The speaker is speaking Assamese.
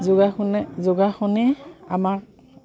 যোগাসনে যোগাসনেই আমাক